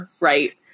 right